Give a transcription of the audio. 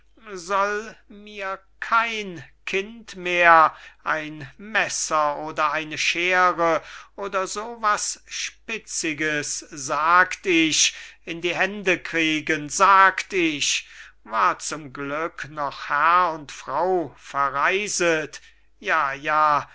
soll mir kein kind mehr ein messer oder eine scheere oder so was spitziges sagt ich in die hände kriegen sagt ich war zum glück noch herr und frau verreiset ja ja